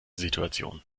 situation